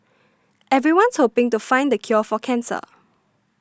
everyone's hoping to find the cure for cancer